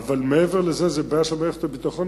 אבל מעבר לזה זו בעיה של מערכת הביטחון,